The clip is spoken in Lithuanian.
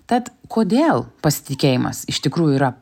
tad kodėl pasitikėjimas iš tikrųjų yra